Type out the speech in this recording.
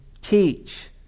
teach